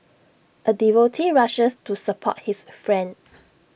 A devotee rushes to support his friend